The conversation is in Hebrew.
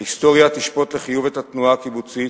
ההיסטוריה תשפוט לחיוב את התנועה הקיבוצית